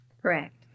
Correct